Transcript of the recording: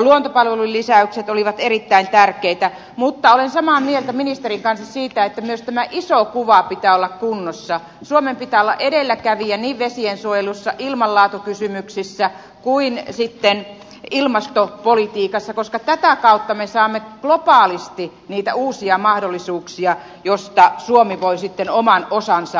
luontopalvelu lisäykset olivat erittäin tärkeitä mutta olen samaa mieltä ministeriötä siitä näki sopula pitää olla kunnossa suomen pitää olla edelläkävijä niin vesiensuojelussa ilmanlaatukysymyksissä kuin sitten ilmastopolitiikassa koska tätä kautta me saamme globaalisti niitä uusia mahdollisuuksia josta suomi voi sitten oman osansa